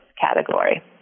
category